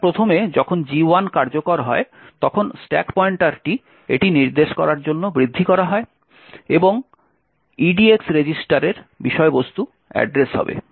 সুতরাং প্রথমে যখন G1 কার্যকর হয় তখন স্ট্যাক পয়েন্টারটি এটি নির্দেশ করার জন্য বৃদ্ধি করা হয় এবং edx রেজিস্টারের বিষয়বস্তু অ্যাড্রেস হবে